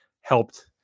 helped